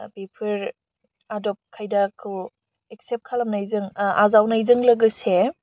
बेफोर आदब खायदाखौ एकसेप्ट खालामनायजों आजावनायजों लोगोसे